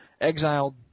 exiled